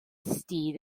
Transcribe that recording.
steed